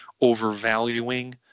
overvaluing